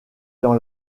dans